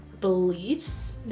beliefs